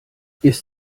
ist